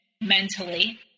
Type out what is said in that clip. mentally